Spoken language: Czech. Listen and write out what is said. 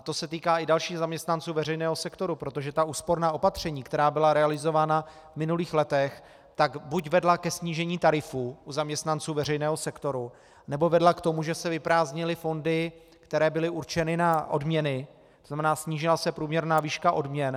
To se týká i dalších zaměstnanců veřejného sektoru, protože ta úsporná opatření, která byla realizována v minulých letech, buď vedla ke snížení tarifů u zaměstnanců veřejného sektoru, nebo vedla k tomu, že se vyprázdnily fondy, které byly určeny na odměny, tzn. snížila se průměrná výška odměn.